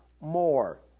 more